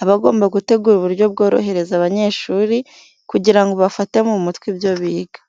aba agomba gutegura uburyo bworohereza abanyeshuri kugira ngo bafate mu mutwe ibyo biga.